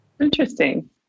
Interesting